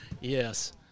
Yes